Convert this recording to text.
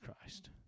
Christ